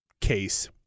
case